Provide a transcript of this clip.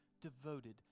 devoted